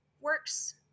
works